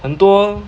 很多